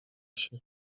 się